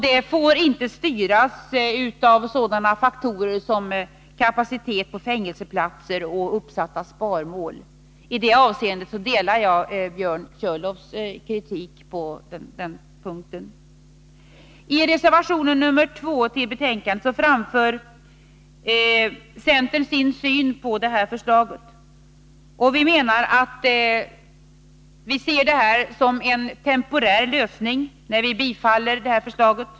Denna får inte styras av sådana faktorer som kapacitet på fängelseplatser och uppsatta sparmål. I det avseendet instämmer jag i Björn Körlofs kritik. I reservation 2 till betänkandet 26 framför centern sin syn på det här förslaget. När vi tillstyrker detta förslag ser vi det som en temporär lösning.